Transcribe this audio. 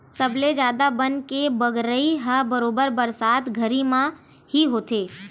सबले जादा बन के बगरई ह बरोबर बरसात घरी म ही होथे